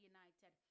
United